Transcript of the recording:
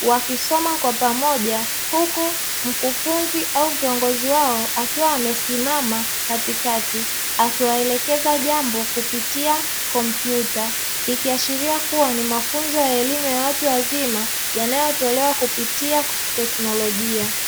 Wakisoma kwa pamoja, huku mkufunzi au kiongozi wao akiwa amesimama katikati. Akiwaelekeza jambu kupitia kompyuta. Ikiashiria kuwa ni mafunzo ya elimu ya watu wazima yanayotolewa kupitia teknolojia